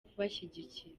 kubashyigikira